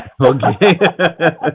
Okay